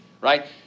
right